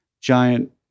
giant